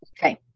okay